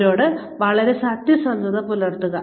അവരോട് വളരെ സത്യസന്ധത പുലർത്തുക